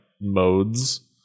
modes